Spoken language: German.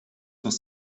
durch